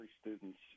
students